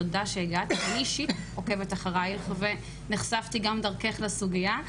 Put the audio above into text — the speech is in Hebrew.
אני אישית עוקבת אחריך ונחשפתי גם דרכך לסוגיה.